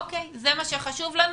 אוקיי, זה מה שחשוב לנו.